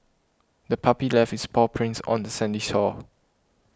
the puppy left its paw prints on the sandy shore